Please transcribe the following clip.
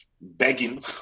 begging